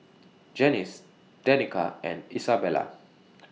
Janice Danica and Isabela